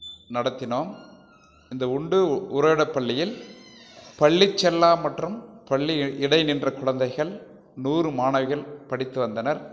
நடத்தினோம் இந்த உண்டு உறைவிடப் பள்ளியில் பள்ளிச்செல்லா மற்றும் பள்ளி இடைநின்ற குழந்தைகள் நூறு மாணவிகள் படித்து வந்தனர்